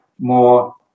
more